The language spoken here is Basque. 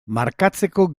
markatzeko